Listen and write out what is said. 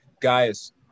Guys